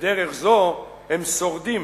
בדרך זו הם שורדים.